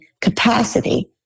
capacity